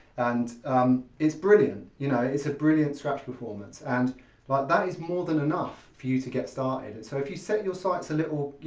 and it's brilliant, you know, it's a brilliant scratch performance and that is more than enough for you to get started. so if you set your sights a little,